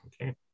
Okay